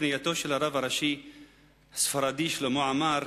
פנייתו של הרב הראשי הספרדי שלמה עמאר